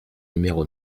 numéro